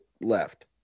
left